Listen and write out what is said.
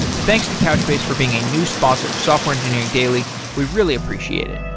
thanks to couchbase for being a new sponsor of software engineering daily. we really appreciate it